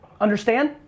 Understand